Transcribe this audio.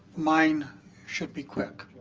mine should be quick.